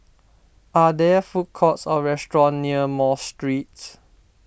are there food courts or restaurants near Mosque Street